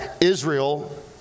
Israel